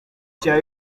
cya